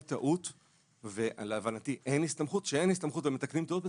כשאין הסתמכות ומתקנים טעות,